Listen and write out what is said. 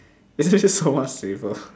isn't it so much safer